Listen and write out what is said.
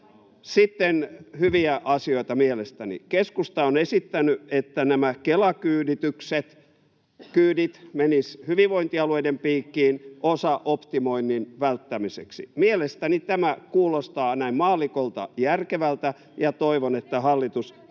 mielestäni hyviä asioita. Keskusta on esittänyt, että Kela-kyydit menisivät hyvinvointialueiden piikkiin osaoptimoinnin välttämiseksi. Mielestäni tämä kuulostaa näin maallikolta järkevältä ja toivon, että hallitus